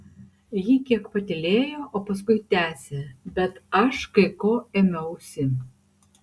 ji kiek patylėjo o paskui tęsė bet aš kai ko ėmiausi